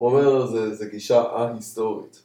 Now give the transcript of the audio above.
עומר זה גישה א-היסטורית